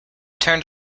turned